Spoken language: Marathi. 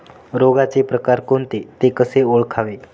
रोगाचे प्रकार कोणते? ते कसे ओळखावे?